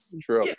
True